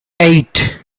eight